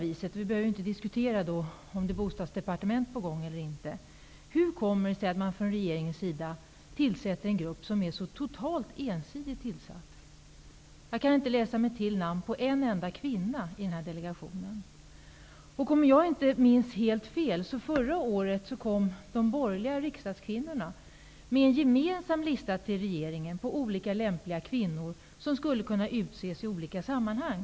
Vi behöver nu inte diskutera om ett bostadsdepartement är på gång eller inte. Hur kommer det sig att regeringen tillsätter en så totalt ensidigt representerad grupp? Jag kan inte läsa mig till namn på en enda kvinna i den här delegationen. Om jag inte minns helt fel kom de borgerliga riksdagskvinnorna förra året med en gemensam lista till regeringen med förslag på olika lämpliga kvinnor som skulle kunna utses i olika sammanhang.